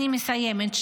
אני מסיימת.